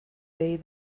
day